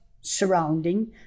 surrounding